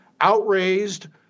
outraised